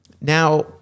Now